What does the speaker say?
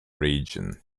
region